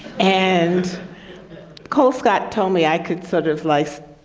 and colescott told me, i could sort of like,